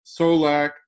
Solak